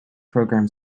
program